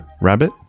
Rabbit